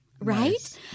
Right